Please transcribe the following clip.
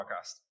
podcast